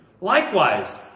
Likewise